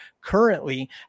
currently